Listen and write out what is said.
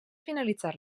finalitzar